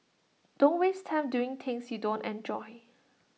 don't waste time doing things you don't enjoy